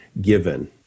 given